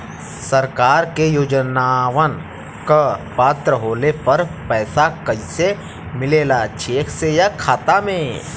सरकार के योजनावन क पात्र होले पर पैसा कइसे मिले ला चेक से या खाता मे?